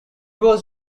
was